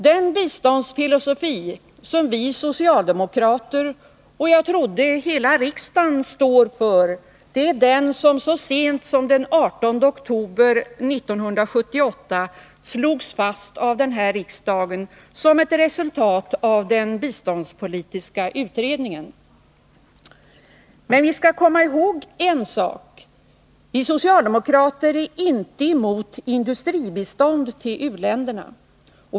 Den biståndsfilosofi som vi socialdemokrater och, trodde jag, hela riksdagen står för är den som så sent som den 18 oktober 1978 slogs fast av riksdagen som ett resultat av den biståndspolitiska utredningen. Men man skall komma ihåg en sak: Vi socialdemokrater är inte emot industribistånd till u-länderna.